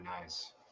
nice